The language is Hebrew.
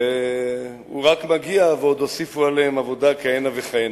והוא רק מגיע ועוד הוסיפו עליהם עבודה כהנה וכהנה.